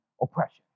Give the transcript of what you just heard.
oppression